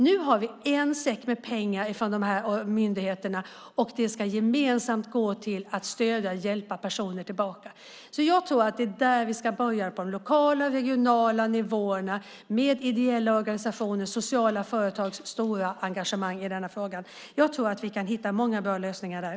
Nu har vi en säck med pengar för de myndigheterna. De ska gemensamt gå till att stödja och hjälpa personer tillbaka. Jag tror att det är där vi ska börja. Det handlar om att göra det på de lokala och regionala nivåerna med hjälp av ideella organisationer och sociala företag med stort engagemang i denna fråga. Jag tror att vi kan hitta många bra lösningar där.